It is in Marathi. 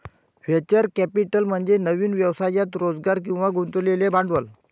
व्हेंचर कॅपिटल म्हणजे नवीन व्यवसायात रोजगार किंवा गुंतवलेले भांडवल